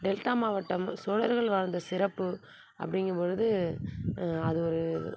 delta ட மாவட்டம் சோழர்கள் வாழ்ந்த சிறப்பு அப்படிங்கும் பொழுது அது ஒரு